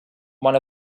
one